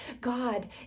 God